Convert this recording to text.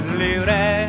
libre